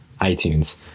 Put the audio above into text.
iTunes